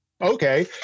okay